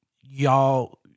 y'all